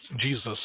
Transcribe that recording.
Jesus